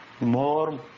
more